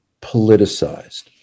politicized